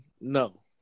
no